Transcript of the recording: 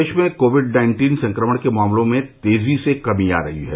प्रदेश में COVID nineteen संक्रमण के मामलों में तेजी से कमी आ रही है